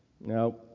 Now